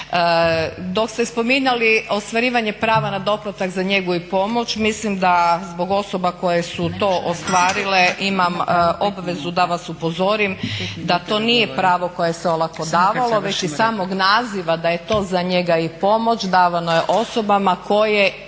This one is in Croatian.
Dok ste spominjali ostvarivanje prava na doplatak za njegu i pomoć mislim da zbog osoba koje su to ostvarile imam obvezu da vas upozorim da to nije pravo koje se olako davalo već iz samog naziva da je to za njega i pomoć, davano je osobama kojima